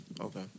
Okay